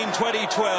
2012